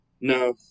No